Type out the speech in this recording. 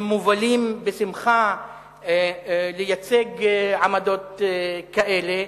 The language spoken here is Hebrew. הם מובלים בשמחה לייצג עמדות כאלה,